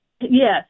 Yes